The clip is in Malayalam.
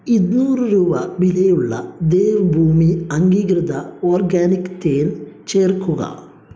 ഇരുന്നൂറ് രൂപ വിലയുള്ള ദേവ്ഭൂമി അംഗീകൃത ഓർഗാനിക് തേൻ ചേർക്കുക